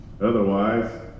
Otherwise